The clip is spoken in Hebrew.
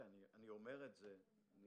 אני